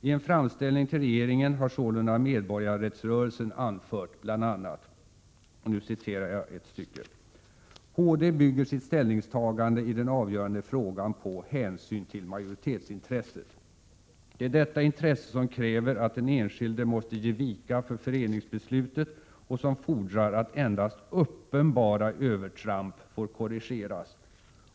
I en framställning till regeringen har sålunda Medborgarrättsrörelsen anfört bl.a.: ”HD bygger sitt ställningstagande i den avgörande frågan på ”hänsyn till majoritetsintresset”. Det är detta intresse som kräver att den enskilde måste ge vika för föreningsbeslutet och som fordrar att endast uppenbara övertramp får korrigeras.